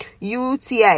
UTI